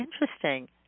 interesting